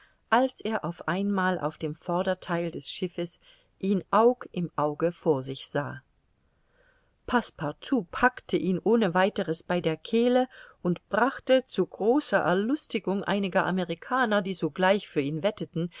als er auf einmal auf dem vordertheil des schiffes ihn aug im auge vor sich sah passepartout packte ihn ohneweiters bei der kehle und brachte zu großer erlustigung einiger amerikaner die sogleich für ihn wetteten